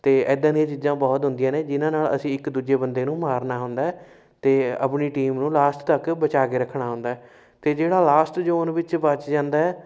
ਅਤੇ ਇੱਦਾਂ ਦੀਆਂ ਚੀਜ਼ਾਂ ਬਹੁਤ ਹੁੰਦੀਆਂ ਨੇ ਜਿਨ੍ਹਾਂ ਨਾਲ ਅਸੀਂ ਇੱਕ ਦੂਜੇ ਬੰਦੇ ਨੂੰ ਮਾਰਨਾ ਹੁੰਦਾ ਅਤੇ ਆਪਣੀ ਟੀਮ ਨੂੰ ਲਾਸਟ ਤੱਕ ਬਚਾ ਕੇ ਰੱਖਣਾ ਹੁੰਦਾ ਅਤੇ ਜਿਹੜਾ ਲਾਸਟ ਜੋਨ ਵਿੱਚ ਬਚ ਜਾਂਦਾ